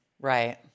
Right